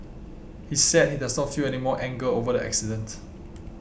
he said he does not feel any more anger over the accident